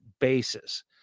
basis